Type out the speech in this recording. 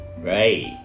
right